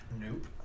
Nope